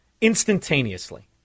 instantaneously